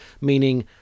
Meaning